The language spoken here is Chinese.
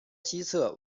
西侧